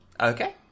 Okay